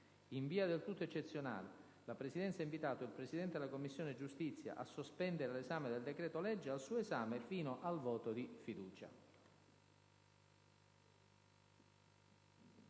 In via del tutto eccezionale, la Presidenza ha invitato il Presidente della Commissione giustizia a sospendere l'esame del decreto-legge al suo esame fino al voto di fiducia.